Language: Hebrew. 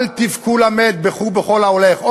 אל תבכו למת, בכו בכה להולך.